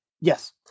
Yes